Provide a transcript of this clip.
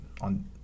on